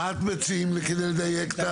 מה אתם מציעים כדי לדייק?